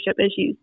issues